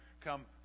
come